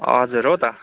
हजुर हो त